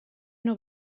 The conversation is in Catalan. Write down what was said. una